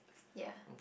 ya